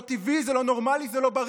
זה לא טבעי, זה לא נורמלי, זה לא בריא.